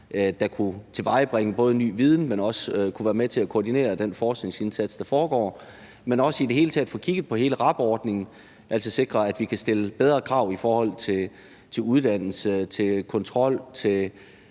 både kunne tilvejebringe ny viden, men også kunne være med til at koordinere den forskningsindsats, der foregår, og i det hele taget også få kigget på hele RAB-ordningen, altså sikre, at vi kan stille bedre krav i forhold til uddannelse, kontrol og